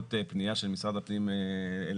בעקבות פנייה של משרד הפנים אלינו,